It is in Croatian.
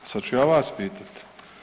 Sad ću ja vas pitati.